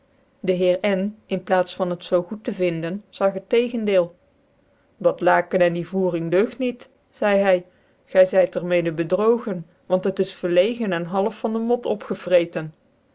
dc lieer n in plaats van het zoo goed te vinden zag t tegendeel dat laken en die voering deugd niet zcihy gy zyt er mede bedrogen want het is verlegen en half van dc mot opgevrectcn